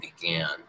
began